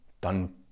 done